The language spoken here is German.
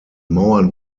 mauern